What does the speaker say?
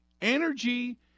energy